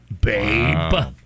babe